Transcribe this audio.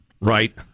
Right